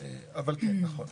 אבל כן, נכון.